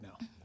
now